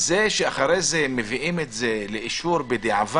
זה שאחרי זה הם מביאים את זה לאישור בדיעבד,